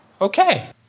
Okay